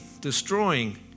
destroying